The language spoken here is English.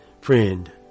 Friend